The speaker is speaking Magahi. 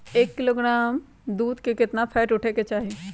एक किलोग्राम दूध में केतना फैट उठे के चाही?